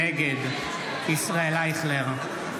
נגד ישראל אייכלר,